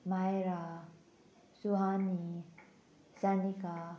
Myra Suhani Sanika